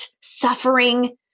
suffering